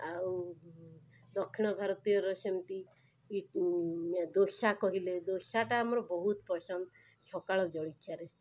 ଆଉ ଦକ୍ଷିଣ ଭାରତୀୟରେ ସେମିତି ଦୋସା କହିଲେ ଦୋସାଟା ଆମର ବହୁତ ପସନ୍ଦ ସକାଳ ଜଳଖିଆରେ